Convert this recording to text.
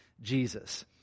Jesus